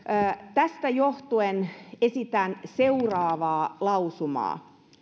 tästä johtuen esitän seuraavaa lausumaa